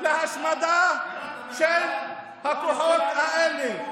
התנגדנו למחזה, להשמדה של הכוחות האלה.